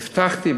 והבטחתי,